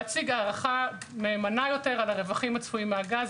להציג הערכה מהימנה יותר על הרווחים הצפויים מהגז,